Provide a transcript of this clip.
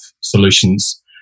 solutions